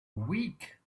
week